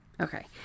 Okay